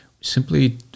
Simply